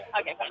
Okay